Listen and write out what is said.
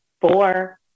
four